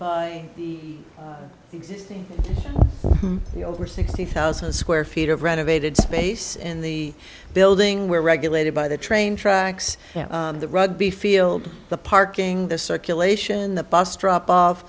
in the over sixty thousand square feet of renovated space in the building where regulated by the train tracks the rugby field the parking the circulation the bus drop off